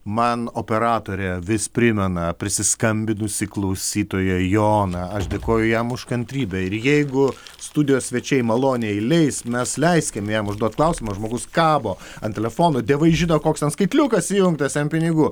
man operatorė vis primena prisiskambinusį klausytoją joną aš dėkoju jam už kantrybę ir jeigu studijos svečiai maloniai leis mes leiskim jam užduot klausimą žmogus kabo ant telefono dievai žino koks ten skaitliukas įjungtas ant pinigų